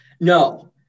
No